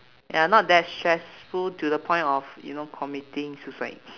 ya not that stressful to the point of you know committing suicide